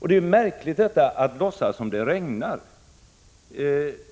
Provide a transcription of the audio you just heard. Det är märkligt att man låtsas som att det regnar.